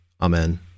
Amen